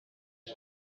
حیف